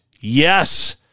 Yes